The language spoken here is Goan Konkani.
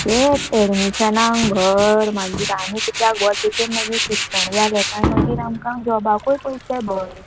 तेंत एडमिशनाक घर मागीर आनी कित्याक गो तितून मागीर शिक्षण जालें काय मागीर आमकां जॉबाकूय पयशे भर